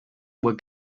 were